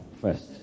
first